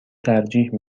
ترجیح